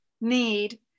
need